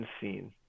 unseen